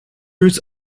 routes